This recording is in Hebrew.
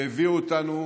והביאו אותנו